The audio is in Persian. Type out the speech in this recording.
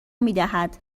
میدهد